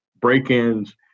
break-ins